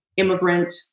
Immigrant